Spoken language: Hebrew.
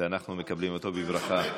ואנחנו מקבלים אותו בברכה.